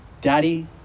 Daddy